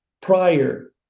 prior